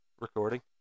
Recording